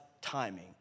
timing